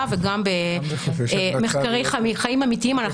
וגם במחקרי חיים אמיתיים אנחנו רואים.